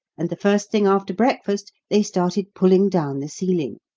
and the first thing after breakfast they started pulling down the ceiling.